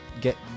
Get